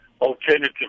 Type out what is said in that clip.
alternative